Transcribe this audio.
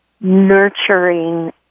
nurturing